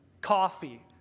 coffee